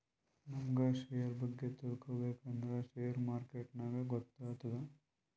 ನಮುಗ್ ಶೇರ್ ಬಗ್ಗೆ ತಿಳ್ಕೋಬೇಕ್ ಅಂದುರ್ ಶೇರ್ ಮಾರ್ಕೆಟ್ನಾಗೆ ಗೊತ್ತಾತ್ತುದ